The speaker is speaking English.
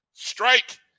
Strike